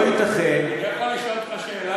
לא ייתכן, השר, אפשר לשאול אותך שאלה?